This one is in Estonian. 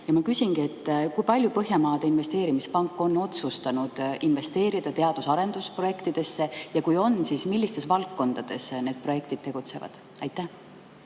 Ma küsingi: kui palju Põhjamaade Investeerimispank on otsustanud investeerida teadus‑ ja arendusprojektidesse? Ja kui on, siis milliste valdkondade projektidesse? Aitäh,